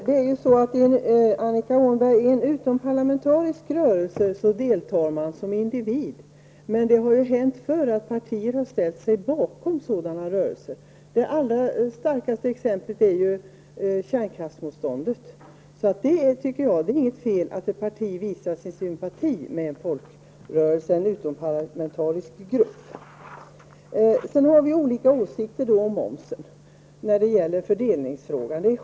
Herr talman! I en utomparlamentarisk rörelse deltar man som individ, Annika Åhnberg. Men det har hänt förr att partier ställt sig bakom sådana rörelser. Det allra tydligaste exemplet på det ger kärnkraftmotståndet. Jag tycker inte att det är något fel att ett parti visar sin sympati för en utomparlamentarisk rörelse. Vi har olika åsikter om momsens fördelningspolitiska effekter.